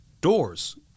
doors